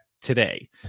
today